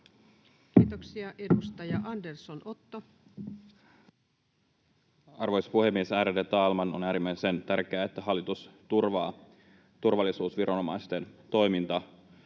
Kiitoksia. — Edustaja Andersson, Otto. Arvoisa puhemies, ärade talman! On äärimmäisen tärkeää, että hallitus turvaa turvallisuusviranomaisten toimintakyvyn.